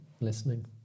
listening